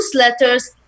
newsletters